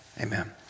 amen